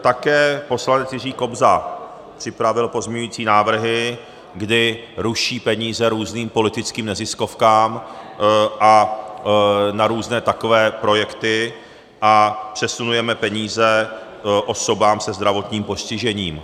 Také poslanec Jiří Kobza připravil pozměňující návrhy, kdy ruší peníze různým politickým neziskovkám na různé takové projekty a přesunujeme peníze osobám se zdravotním postižením.